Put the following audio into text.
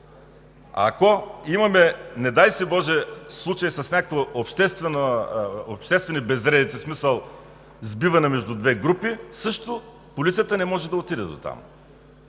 Ако имаме, не дай боже, случай с някакви обществени безредици, смисъл сбиване между две групи полицията също не може да отиде дотам.